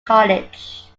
college